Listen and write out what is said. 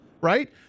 right